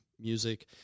music